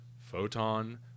Photon